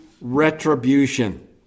retribution